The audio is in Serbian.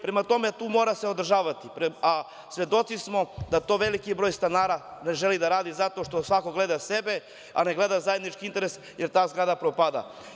To se mora održavati, a svedoci smo da to veliki broj stanara ne želi da radi zato što svako gleda sebe, a ne gleda zajednički interes, jer ta zgrada propada.